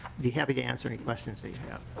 be happy to answer any questions that you yeah